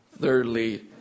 thirdly